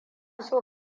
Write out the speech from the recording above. so